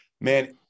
man